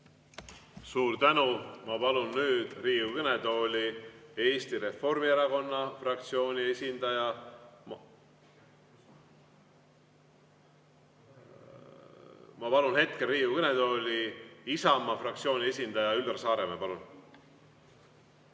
Suur tänu! Ma palun nüüd Riigikogu kõnetooli Eesti Reformierakonna fraktsiooni esindaja. Ma palun hetkel Riigikogu kõnetooli Isamaa fraktsiooni esindaja Üllar Saaremäe.